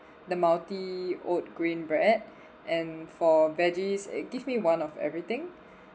the multi oat grain bread and for veggies uh give me one of everything